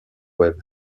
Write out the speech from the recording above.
web